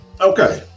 Okay